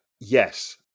Yes